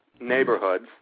neighborhoods